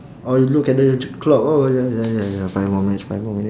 or you look at the c~ clock oh ya ya ya ya five more minutes five more minutes